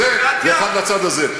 באיזה מדינה לראש הממשלה יש עיתון?